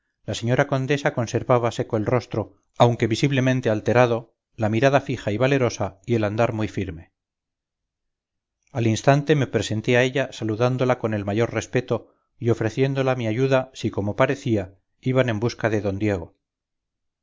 la señora condesa conservaba seco el rostro aunque visiblemente alterado la mirada fija y valerosa y el andar muyfirme al instante me presenté a ella saludándola con el mayor respeto y ofreciéndola mi ayuda si como parecía iban en busca de d diego